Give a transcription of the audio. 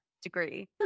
degree